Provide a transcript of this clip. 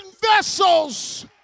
vessels